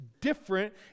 different